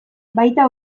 baita